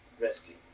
rescue